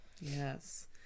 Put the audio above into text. Yes